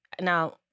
now